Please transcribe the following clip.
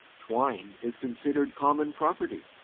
twine is considered common property.